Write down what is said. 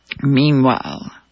Meanwhile